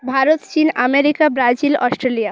ভারত চীন America Brazil Australia